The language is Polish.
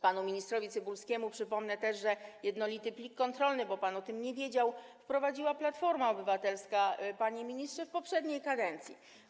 Panu ministrowi Cybulskiemu przypomnę też, że jednolity plik kontrolny, bo pan o tym nie wiedział, wprowadziła Platforma Obywatelska, panie ministrze, w poprzedniej kadencji.